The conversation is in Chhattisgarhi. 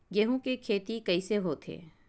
गेहूं के खेती कइसे होथे?